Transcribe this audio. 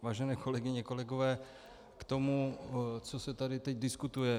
Vážené kolegyně, kolegové, k tomu, co se tady teď diskutuje.